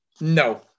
No